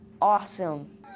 Awesome